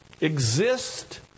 exist